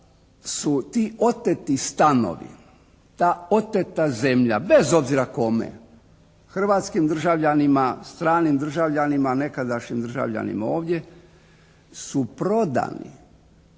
su ti oteti stanovi, ta oteta zemlja bez obzira kome hrvatskim državljanima, stranim državljanima, nekadašnjim državljanima ovdje su prodani.